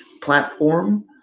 platform